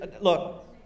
Look